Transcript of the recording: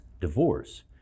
divorce